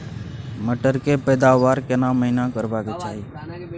मटर के पैदावार केना महिना करबा के चाही?